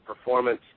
performance